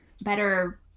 better